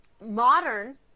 modern